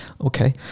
Okay